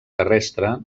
terrestre